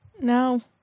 No